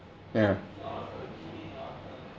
ya